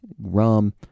rum